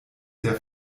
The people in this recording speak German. der